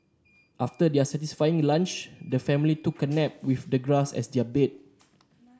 after their satisfying lunch the family took a nap with the grass as their bed